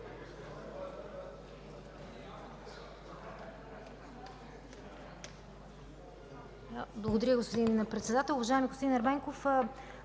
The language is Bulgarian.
Благодаря, господин Председател. Уважаеми господин Ерменков,